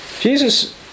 Jesus